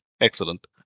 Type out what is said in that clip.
Excellent